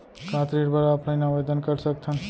का ऋण बर ऑफलाइन आवेदन कर सकथन?